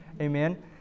Amen